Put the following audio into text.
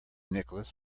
nicholas